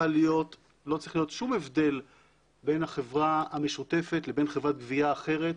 להיות שום הבדל בין החברה המשותפת לבין חברת גבייה אחרת,